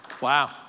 Wow